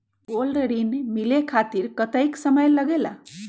Gold ऋण मिले खातीर कतेइक समय लगेला?